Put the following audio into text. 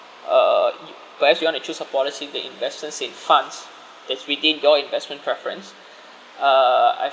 uh perhaps you want to choose a policy that invests in funds that's within your investment preference uh I